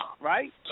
right